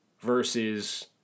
versus